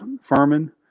Furman